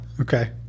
Okay